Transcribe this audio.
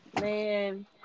Man